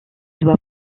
doit